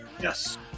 Yes